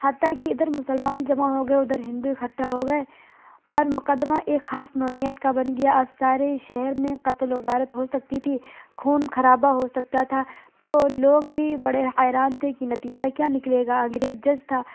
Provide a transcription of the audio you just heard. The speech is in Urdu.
حتّیٰ کہ ادھر مسلمان جمع ہو گئے ادھر ہندو اکٹھا ہو گئے اور مقدمہ ایک خاص نوعیت کا بن گیا اب سارے شہر میں قتل و غارت ہو سکتی تھی خون خرابہ ہو سکتا تھا تو لوگ بھی بڑے حیران تھے کہ نتیجہ کیا نکلے گا انگریز جج تھا